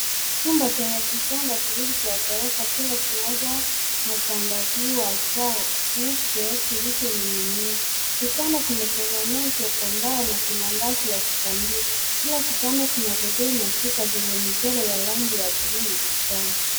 Chumba chenye vitanda viwili cha goro kila kimoja na chandarua cheupe kilicho ninginia. Vitanda vime tengenezwa kwa mbao na vina ngazi vya kupandia kila kitanda kina godoro na shuka lenye michoro ya rangi ya bluu na kijani.